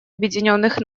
объединенных